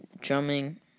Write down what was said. drumming